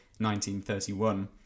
1931